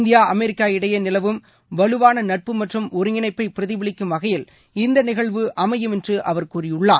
India America இடையே நிலவும் வலுவான நட்பு மற்றும் ஒருங்கிணைப்பை பிரதிபலிக்கும் வகையில் இந்த நிகழ்வு அமையும் என்று அவர் கூறியுள்ளார்